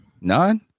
None